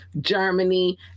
germany